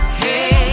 hey